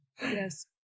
Yes